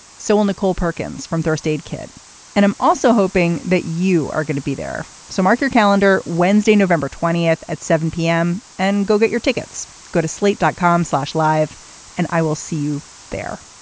so will nicole perkins from first aid kit and i'm also hoping that you are going to be there. so mark your calendar wednesday november twentieth at seven p m. and go get your tickets go to slate dot dot com slash live and i will see you there.